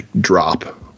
drop